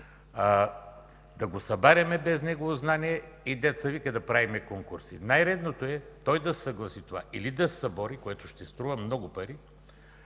да го събаряме без негово знание и да правим конкурси. Най-редното е той да се съгласи или да се събори, което ще струва много пари,